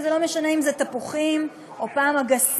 וזה לא משנה אם זה תפוחים או אגסים,